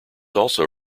also